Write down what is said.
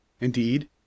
Indeed